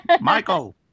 Michael